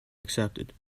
accepted